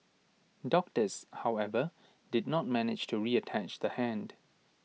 doctors however did not manage to reattach the hand